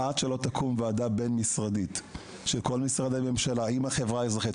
עד שלא תקום ועדה בין-משרדית של כל משרדי הממשלה עם החברה האזרחית,